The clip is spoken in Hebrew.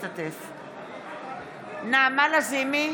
בהצבעה נעמה לזימי,